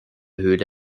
höhle